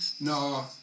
no